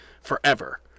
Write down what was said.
forever